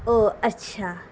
او اچھا